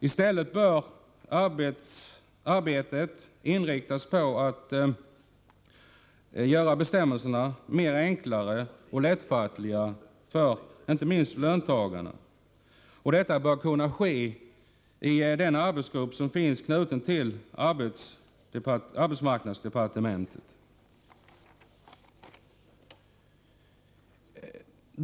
I stället bör arbetet inriktas på att göra bestämmelserna enklare och mer lättfattliga inte minst för löntagarna. Detta bör kunna ske i den särskilda arbetsgrupp som är knuten till arbetsmarknadsdepartementet.